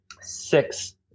six